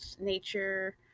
nature